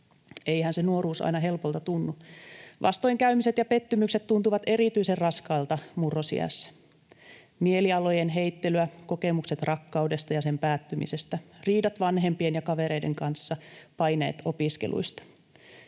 Eihän se nuoruus aina helpolta tunnu. Vastoinkäymiset ja pettymykset tuntuvat erityisen raskailta murrosiässä: mielialojen heittelyä, kokemukset rakkaudesta ja sen päättymisestä, riidat vanhempien ja kavereiden kanssa, paineet opiskeluista.